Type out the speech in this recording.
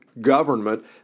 Government